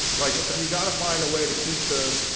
like. ok you've got to find a way to keep the.